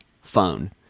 phone